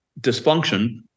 dysfunction